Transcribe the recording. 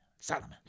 Solomon